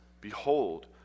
Behold